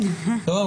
סומכים